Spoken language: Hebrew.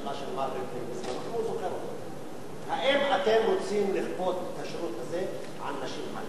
הוא זוכר אותה: האם אתם רוצים לכפות את השירות הזה על נשים חרדיות?